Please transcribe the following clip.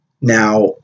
Now